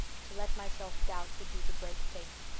to let myself doubt would be to break faith